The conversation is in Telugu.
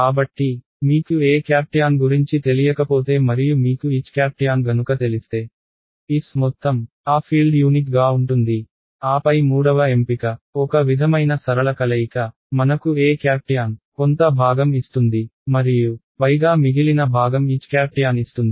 కాబట్టి మీకు Etan గురించి తెలియకపోతే మరియు మీకు Htan గనుక తెలిస్తే S మొత్తం ఆ ఫీల్డ్ యూనిక్ గా ఉంటుంది ఆపై మూడవ ఎంపిక ఒక విధమైన సరళ కలయిక మనకు Etan కొంత భాగం ఇస్తుంది మరియు పైగా మిగిలిన భాగం Htan ఇస్తుంది